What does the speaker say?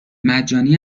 مجانی